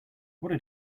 what